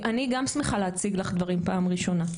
אני גם שמחה להציג לך דברים פעם ראשונה,